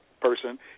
person